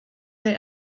der